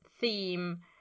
theme